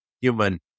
human